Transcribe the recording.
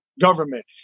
government